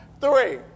three